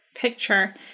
picture